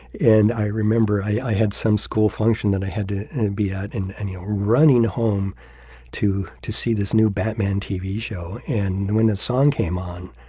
and i remember i had some school function that i had to and and be at an annual running home to to see this new batman tv show and when this song came on